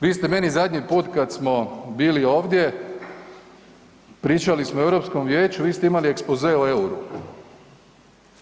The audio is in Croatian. Vi ste meni zadnji put kad smo bili ovdje, pričali smo o Europskom vijeću, vi ste imali ekspoze o EUR-u.